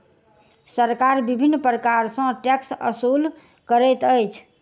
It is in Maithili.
सरकार विभिन्न प्रकार सॅ टैक्स ओसूल करैत अछि